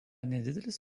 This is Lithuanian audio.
nedidelis